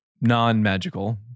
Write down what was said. non-magical